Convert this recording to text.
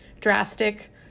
drastic